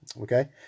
Okay